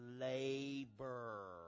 labor